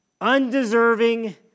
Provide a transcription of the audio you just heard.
undeserving